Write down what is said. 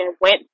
went